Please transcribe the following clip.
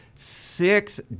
six